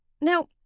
Now